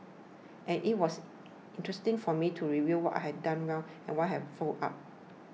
and it was interesting for me to review what I had done well and what I had fouled up